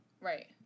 Right